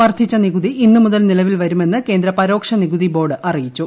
വർദ്ധിച്ച നികുതി ഇന്നുമുതൽ നിലവിൽ വരുമെന്ന് കേന്ദ്ര പരോക്ഷ നികുതി ബോർഡ് അറിയിച്ചു